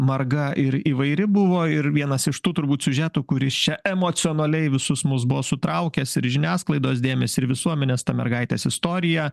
marga ir įvairi buvo ir vienas iš tų turbūt siužetų kuris čia emocionaliai visus mus buvo sutraukęs ir žiniasklaidos dėmesį ir visuomenės mergaitės istorija